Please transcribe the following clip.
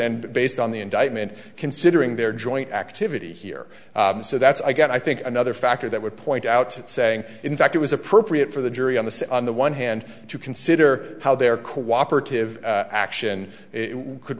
and based on the indictment considering their joint activity here so that's i got i think another factor that would point out saying in fact it was appropriate for the jury on the on the one hand to consider how their cooperative action could